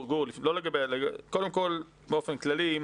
קודם כול באופן כללי,